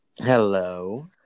Hello